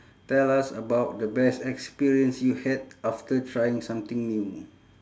tell us about the best experience you had after trying something new